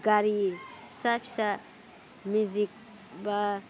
गारि फिसा फिसा मेजिक बा